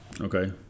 Okay